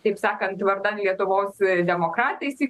taip sakant vardan lietuvos demokratais į